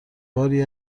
باری